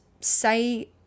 say